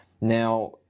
Now